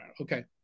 Okay